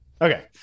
Okay